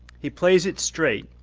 he plays it straight.